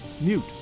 mute